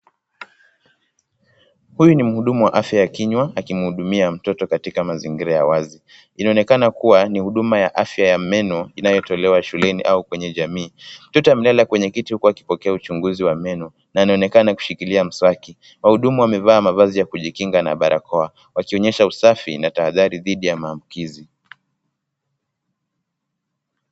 Huyu ni mhudumu wa afya ya kinywa akimhudumia mtoto katika mazingira ya wazi. Inaonekana kuwa ni huduma ya afya ya meno inayotolewa shuleni au kwenye jamii. Mtoto amelala kwenye kiti huku akipokea uchunguzi wa meno na anaeonekana kushikilia mswaki. Wahudumu wamevaa mavazi ya kujikinga na barakoa wakionyesha usafi na tahadhari dhidi ya maambukizi.